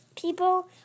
people